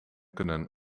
kunnen